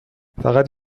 فقط